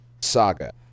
saga